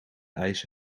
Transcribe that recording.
ijs